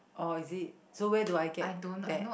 oh is it so where do I get there